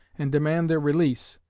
and demand their release,